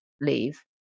leave